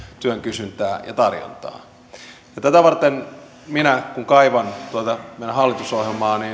työn kysyntää ja tarjontaa kun minä kaivan tuota meidän hallitusohjelmaamme